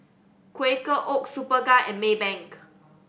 Quaker Oats Superga and Maybank